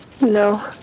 No